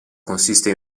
consiste